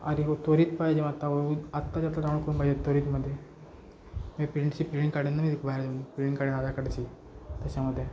अरे हो त्वरीत पाहिजे आता आत्ताच्या आता डाऊनलो करून पाहिजे त्वरीतमध्ये मी प्रिंटची प्रिंट काढेन मी बाहेर येऊन प्रिंट काढेन आधार काडची त्याच्यामध्ये